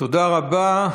תודה רבה.